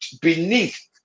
beneath